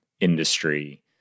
industry